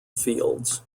fields